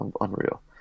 unreal